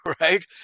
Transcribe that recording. right